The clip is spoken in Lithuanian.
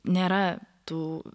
nėra tų